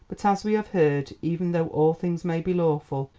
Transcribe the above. but, as we have heard, even though all things may be lawful,